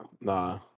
Nah